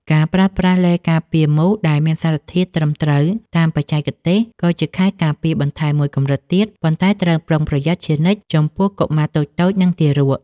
ការប្រើប្រាស់ឡេការពារមូសដែលមានសារធាតុត្រឹមត្រូវតាមបច្ចេកទេស ក៏ជាខែលការពារបន្ថែមមួយកម្រិតទៀត ប៉ុន្តែត្រូវប្រុងប្រយ័ត្នជានិច្ចចំពោះកុមារតូចៗ និងទារក។